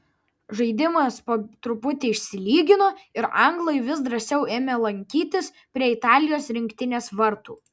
žaidimas po truputį išsilygino ir anglai vis drąsiau ėmė lankytis prie italijos rinktinės vartų